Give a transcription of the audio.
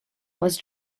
was